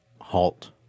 Halt